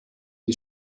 die